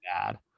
bad